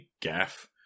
Gaff